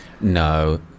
No